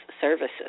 services